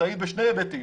מבצעית בשני היבטים,